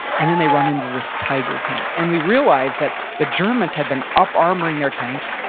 and then they run into this tiger tank. and we realized that the germans had been up armoring their tanks,